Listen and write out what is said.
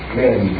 men